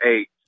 eight